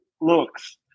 looks